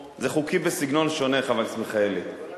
וההצעה תעבור לוועדת הכלכלה של הכנסת להכנה לקריאה שנייה ושלישית.